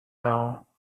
now